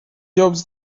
jobs